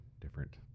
different